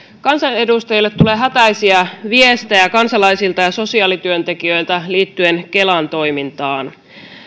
kansanedustajille tulee hätäisiä viestejä kansalaisilta ja sosiaalityöntekijöiltä liittyen kelan toimintaan